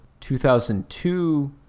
2002